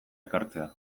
ekartzea